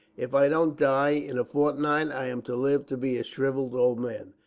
if i don't die in a fortnight, i am to live to be a shrivelled old man.